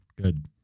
Good